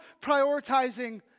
prioritizing